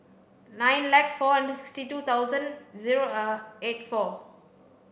nine like four and sixty two thousand zero eight four